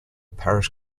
parish